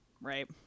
Right